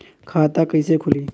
खाता कइसे खुली?